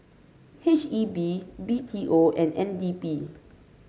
H E B B T O and N D P